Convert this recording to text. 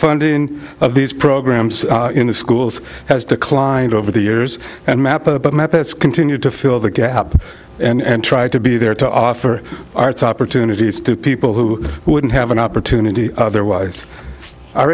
funding of these programs in the schools has declined over the years and map a map has continued to fill the gap and try to be there to offer arts opportunities to people who wouldn't have an opportunity otherwise our